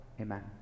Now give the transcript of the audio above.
Amen